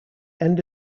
end